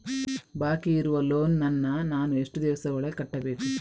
ಬಾಕಿ ಇರುವ ಲೋನ್ ನನ್ನ ನಾನು ಎಷ್ಟು ದಿವಸದ ಒಳಗೆ ಕಟ್ಟಬೇಕು?